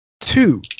Two